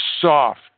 soft